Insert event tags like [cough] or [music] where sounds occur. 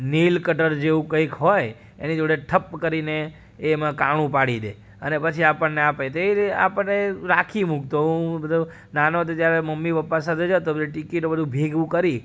nail cutter જેવું કંઇક હોય એની જોડે ઠપ્પ કરીને એ એમાં કાણું પાડી દે અને પછી આપણને આપે તે એ આપણે રાખી મૂકતો હું બધો નાનો હતો ત્યારે મમ્મી પપ્પા સાથે જતો [unintelligible] ટિકિટો બધું ભેગું કરી